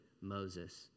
Moses